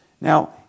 Now